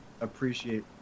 appreciate